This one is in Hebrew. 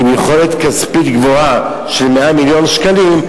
עם יכולת כספית גבוהה של 100 מיליון שקלים,